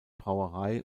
brauerei